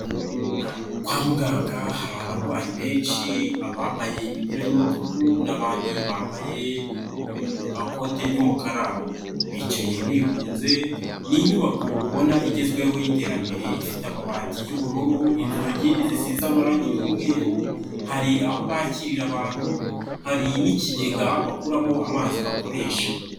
Kwa muganga hari abarwayi benshi abambaye imipira y'imituku n'abandi bambaye ikote ry'umukara, bicaye bigunze, ni inyubako ubona igezweho y'iterambere ifite amabati y'ubururu, inzugi zisize amarangi y'umweru, hari aho bakirira abantu, hari n'ikigega bakuramo amazi bakoresha.